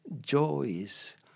joys